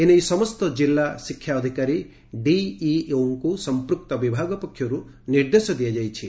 ଏନେଇ ସମସ୍ତ କିଲ୍ଲା ଶିକ୍ଷା ଅଧିକାରୀ ଡିଇଓଙ୍କୁ ସମ୍ମୁକ୍ତ ବିଭାଗ ପକ୍ଷରୁ ନିର୍ଦ୍ଦେଶ ଦିଆଯାଇଛି